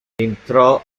entrò